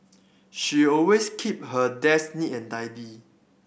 she always keep her desk neat and tidy